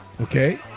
Okay